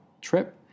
trip